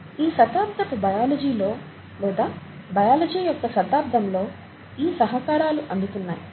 ఈ శతాబ్దపు బయాలజీ లో లేదా బయాలజీ యొక్క శతాబ్దంలో ఈ సహకారాలు అందుతున్నాయి